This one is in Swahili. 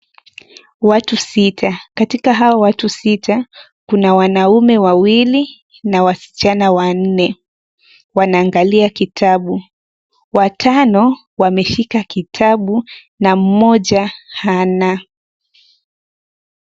Watu sita. Katika hao watu sita, kuna wanaume wawili na wasichana wanne. Wanaangalia kitabu. Watano wameshika kitabu na mmoja hana.